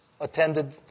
attended